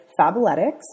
Fabletics